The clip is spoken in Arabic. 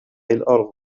الأرض